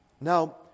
Now